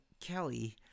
Kelly